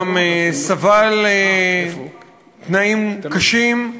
גם סבל תנאים קשים.